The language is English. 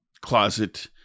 closet